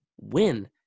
win